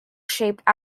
shaped